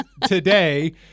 today